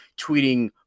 tweeting